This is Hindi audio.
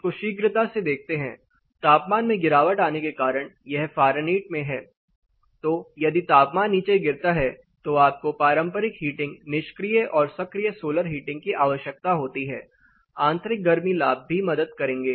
इसको शीघ्रता से देखते हैं तापमान में गिरावट आने के कारण यह फ़ारेनहाइट में है तो यदि तापमान नीचे गिरता है तो आपको पारंपरिक हीटिंग निष्क्रिय और सक्रिय सोलर हीटिंग की आवश्यकता होती है आंतरिक गर्मी लाभ भी मदद करेंगे